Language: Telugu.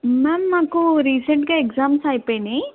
మ్యామ్ మాకు రీసెంట్గా ఎగ్జామ్స్ అయిపోయినాయి